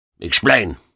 Explain